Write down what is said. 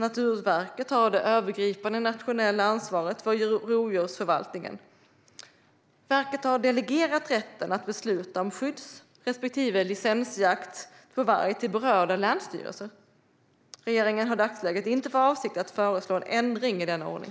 Naturvårdsverket har det övergripande nationella ansvaret för rovdjursförvaltningen. Verket har delegerat rätten att besluta om skydds respektive licensjakt på varg till berörda länsstyrelser. Regeringen har i dagsläget inte för avsikt att föreslå en ändring i denna ordning.